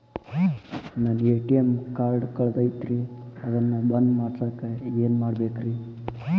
ನನ್ನ ATM card ಕಳದೈತ್ರಿ ಅದನ್ನ ಬಂದ್ ಮಾಡಸಾಕ್ ಏನ್ ಮಾಡ್ಬೇಕ್ರಿ?